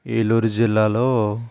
ఏలూరు జిల్లాలో